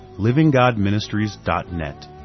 livinggodministries.net